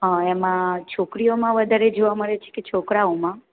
હં એમાં છોકરીઓમાં વધારે જોવા મળે છે કે છોકરાઓમાં